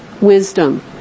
wisdom